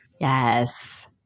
Yes